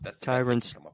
tyrants